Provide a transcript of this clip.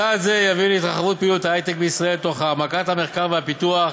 צעד זה יביא להתרחבות פעילות ההיי-טק בישראל תוך העמקת המחקר והפיתוח